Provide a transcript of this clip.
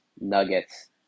Nuggets